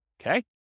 okay